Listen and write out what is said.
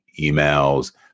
emails